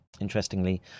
Interestingly